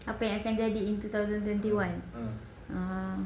apa yang akan jadi in two thousand twenty one ah